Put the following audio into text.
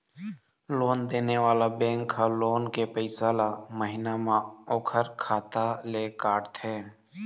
loan देने वाला bank ह लोन के पइसा ल महिना म ओखर खाता ले काटथे